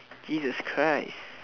jesus christ